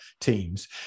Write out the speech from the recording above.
teams